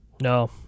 No